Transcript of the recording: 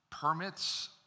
permits